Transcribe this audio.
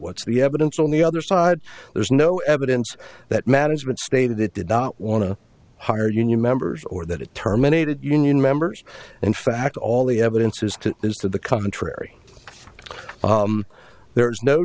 what's the evidence on the other side there is no evidence that management stated it did not want to hire union members or that it terminated union members in fact all the evidence is is to the contrary there is no